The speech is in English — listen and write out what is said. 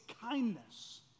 kindness